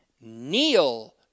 kneel